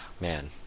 man